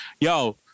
Yo